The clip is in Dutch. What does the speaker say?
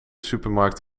supermarkt